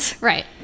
right